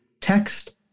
Text